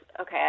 okay